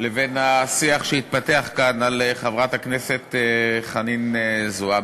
לבין השיח שהתפתח כאן על חברת הכנסת חנין זועבי,